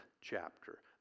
chapter